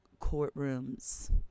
courtrooms